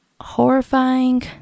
horrifying